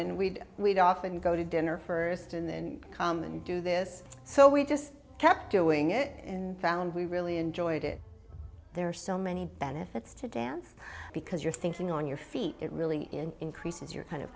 and we'd we'd often go to dinner st and then come and do this so we just kept doing it and found we really enjoyed it there are so many benefits to dance because you're thinking on your feet it really increases your kind of